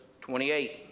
28